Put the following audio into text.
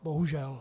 Bohužel.